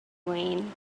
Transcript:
wayne